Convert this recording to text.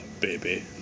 baby